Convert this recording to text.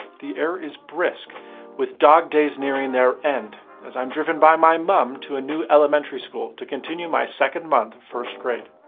the air is brisk with dog days nearing their end as i'm driven by my mum to my new elementary school to continue my second month of first grade.